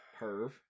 Perv